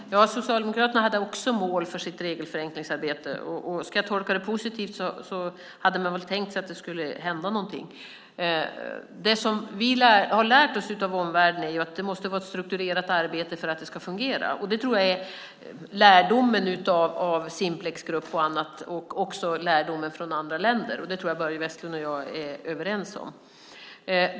Fru talman! Socialdemokraterna hade också mål för sitt regelförenklingsarbete. Ska jag tolka det positivt hade man väl tänkt att det skulle hända någonting. Det som vi har lärt oss av omvärlden är att det måste vara ett strukturerat arbete för att det ska fungera. Det tror jag är lärdomen av Simplexgrupp och annat och lärdomen från andra länder. Det tror jag att Börje Vestlund och jag är överens om.